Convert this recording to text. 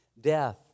death